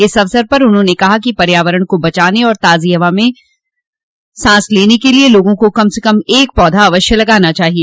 इस अवसर पर उन्होंने कहा कि पर्यावरण को बचाने और ताजी हवा लेने के लिए लोगों को कम से कम एक पौधा अवश्य लगाना चाहिए